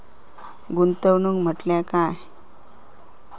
गुंतवणूक म्हटल्या काय?